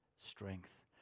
strength